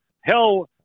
hell